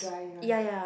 ya ya